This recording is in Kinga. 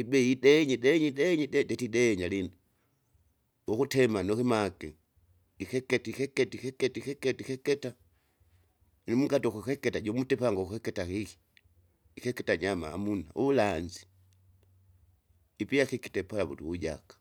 ibei ideje ideje ideje idede eti idenya lio. ukutemane nukimagi ikeketa ikeketa ikeketa ikeketa ikeketa, limkate ukukeketa jumtepango ukeketa hiki. Ikeketa nyama amuna uvulanzi, ipya kekite pala wutu wujaka.